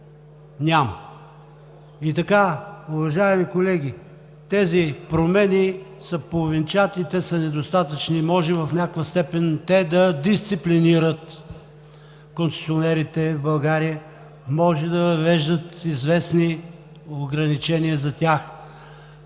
няма. И така, уважаеми колеги, тези промени са половинчати, те са недостатъчни, може в някаква степен да дисциплинират концесионерите в България, може да въвеждат известни ограничения за тях